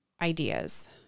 ideas